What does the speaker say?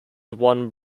one